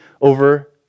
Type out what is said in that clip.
over